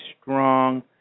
strong